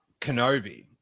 Kenobi